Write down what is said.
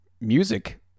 music